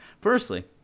Firstly